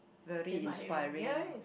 very inspiring ha